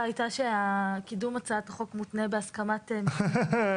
הייתה שקידום הצעת החוק מותנה בהסכמת המשרדים.